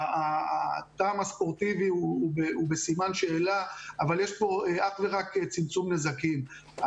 הטעם הספורטיבי הוא בסימן שאלה אבל יש פה אך ורק צמצום נזקים.